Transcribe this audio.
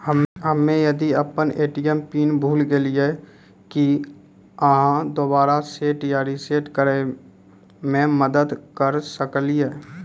हम्मे यदि अपन ए.टी.एम पिन भूल गलियै, की आहाँ दोबारा सेट या रिसेट करैमे मदद करऽ सकलियै?